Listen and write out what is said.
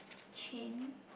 chain